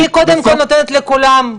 אני קודם כל נותנת לכולם לדבר.